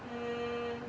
mm